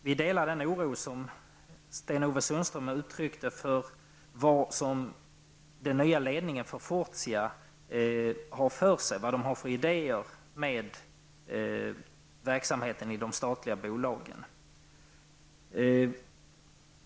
Vi delar den oro som Sten-Ove Sundström uttryckte för vilka idéer som den nya ledningen för Fortia har när det gäller verksamheten i de statliga bolagen.